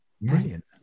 Brilliant